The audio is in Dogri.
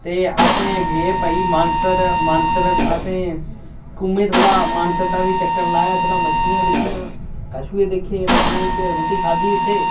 ते अस गे भाई मानसर मानसर असें घूमे थोह्ड़ा मानसर दा बी चक्कर लाया थोह्ड़ा मच्छलियां दिक्खियां कछुए दिक्खे पानियै च रुट्टी खाद्धी उत्थै